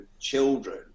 children